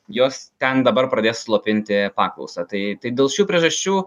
jos ten dabar pradės slopinti paklausą tai tai dėl šių priežasčių